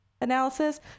analysis